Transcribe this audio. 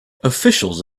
officials